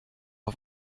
auf